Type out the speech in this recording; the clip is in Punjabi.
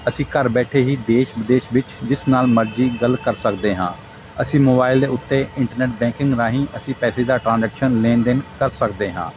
ਅਸੀਂ ਘਰ ਬੈਠੇ ਹੀ ਦੇਸ਼ ਵਿਦੇਸ਼ ਵਿੱਚ ਜਿਸ ਨਾਲ ਮਰਜ਼ੀ ਗੱਲ ਕਰ ਸਕਦੇ ਹਾਂ ਅਸੀਂ ਮੋਬਾਇਲ ਦੇ ਉੱਤੇ ਇੰਟਰਨੈੱਟ ਬੈਂਕਿੰਗ ਰਾਹੀਂ ਅਸੀਂ ਪੈਸੇ ਦਾ ਟਰਾਂਜੈਕਸ਼ਨ ਲੈਣ ਦੇਣ ਕਰ ਸਕਦੇ ਹਾਂ